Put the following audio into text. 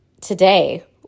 today